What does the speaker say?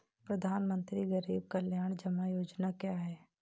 प्रधानमंत्री गरीब कल्याण जमा योजना क्या है?